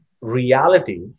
reality